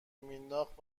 مینداخت